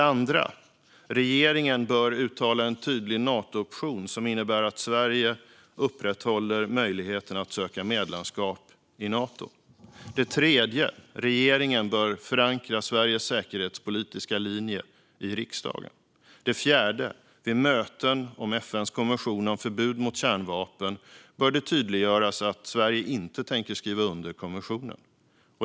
Det andra är att regeringen bör uttala en tydlig Natooption som innebär att Sverige upprätthåller möjligheten att söka medlemskap i Nato. Det tredje är att regeringen bör förankra Sveriges säkerhetspolitiska linje i riksdagen. Det fjärde är att det vid möten om FN:s konvention om förbud mot kärnvapen bör tydliggöras att Sverige inte tänker skriva under konventionen.